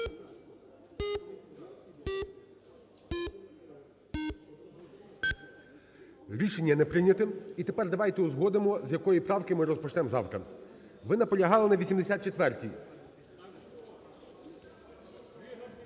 Рішення не прийнято. І тепер давайте узгодимо, з якої правки ми розпочнемо завтра. Ви наполягали на 84-й.